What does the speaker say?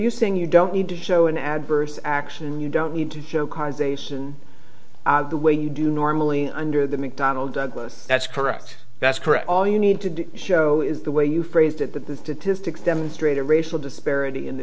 you saying you don't need to show an adverse action you don't need to show causation the way you do normally under the mcdonnell douglas that's correct that's correct all you need to show is the way you phrased it but this did to stick demonstrate a racial disparity in the